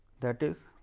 that is